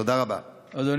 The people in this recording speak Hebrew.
תודה רבה.